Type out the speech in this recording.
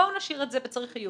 בואו נשאיר את זה ב-צריך עיון.